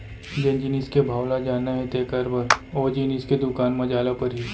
जेन जिनिस के भाव ल जानना हे तेकर बर ओ जिनिस के दुकान म जाय ल परही